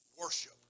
worship